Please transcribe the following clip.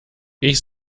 ich